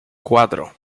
cuatro